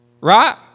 right